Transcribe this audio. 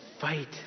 fight